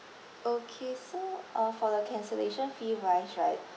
okay so uh for the cancellation fee wise right